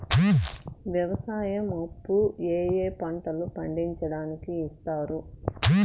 వ్యవసాయం అప్పు ఏ ఏ పంటలు పండించడానికి ఇస్తారు?